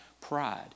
pride